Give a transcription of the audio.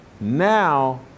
Now